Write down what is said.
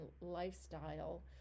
lifestyle